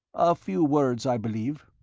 a few words, i believe.